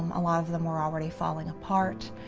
um a lot of them were already falling apart.